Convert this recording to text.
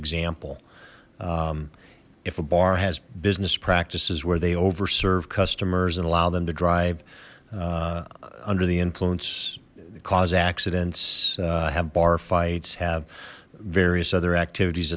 example if a bar has business practices where they over serve customers and allow them to drive under the influence cause accidents have bar fights have various other activities